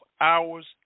hours